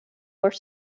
were